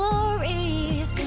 Glories